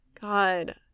God